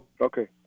Okay